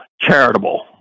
charitable